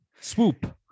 Swoop